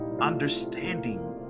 understanding